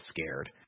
scared